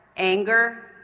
anger,